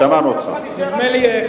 נדמה לי,